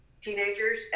teenagers